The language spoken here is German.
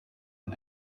man